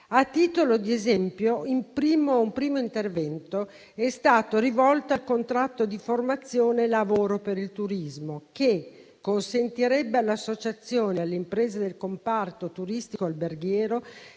A titolo di esempio, un primo intervento è stato rivolto al contratto di formazione lavoro per il turismo, che consentirebbe alle associazioni e alle imprese del comparto turistico alberghiero